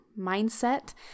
mindset